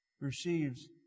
receives